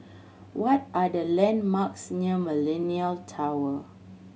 what are the landmarks near Millenia Tower